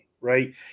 right